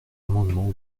amendements